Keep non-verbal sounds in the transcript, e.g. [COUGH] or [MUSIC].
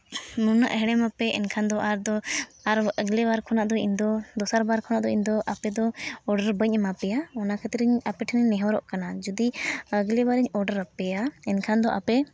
ᱱᱩᱱᱟᱹᱜ ᱦᱮᱬᱮᱢ [UNINTELLIGIBLE] ᱮᱱᱠᱷᱟᱱ ᱫᱚ ᱟᱨ ᱫᱚ ᱟᱨ ᱦᱚᱸ ᱟᱹᱜᱞᱮ ᱵᱟᱨ ᱠᱷᱚᱱᱟᱜ ᱫᱚ ᱤᱧᱫᱚ ᱫᱚᱥᱟᱨ ᱵᱟᱨ ᱠᱷᱚᱱᱟᱜ ᱫᱚ ᱤᱧᱫᱚ ᱟᱯᱮ ᱫᱚ ᱚᱰᱟᱨ ᱵᱟᱹᱧ ᱮᱢᱟᱯᱮᱭᱟ ᱚᱱᱟ ᱠᱷᱟᱹᱛᱤᱨ ᱟᱯᱮ ᱴᱷᱮᱱ ᱤᱧ ᱱᱮᱦᱚᱨᱚᱜ ᱠᱟᱱᱟ ᱡᱩᱫᱤ ᱟᱹᱜᱞᱤ ᱵᱟᱨ ᱤᱧ ᱚᱰᱟᱨᱟ ᱯᱮᱭᱟ ᱮᱱᱠᱷᱟᱱ ᱫᱚ ᱟᱯᱮ